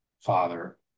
father